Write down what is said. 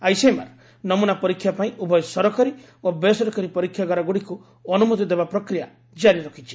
ICMR ନମ୍ରନା ପରୀକ୍ଷା ପାଇଁ ଉଭୟ ସରକାରୀ ଓ ବେସରକାରୀ ପରୀକ୍ଷାଗାର ଗୁଡ଼ିକୁ ଅନୁମତି ଦେବା ପ୍ରକ୍ରିୟା କାରି ରଖିଛି